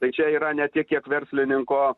tai čia yra ne tiek kiek verslininko